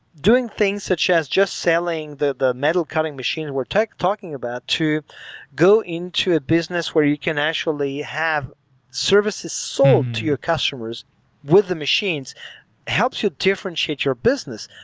doing things such as just selling the the metal cutting machine we're talking talking about to go into a business where you can actually have services sold to your customers with the machines helps you differentiate your business,